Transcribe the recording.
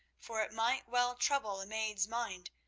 for it might well trouble a maid's mind,